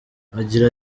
agira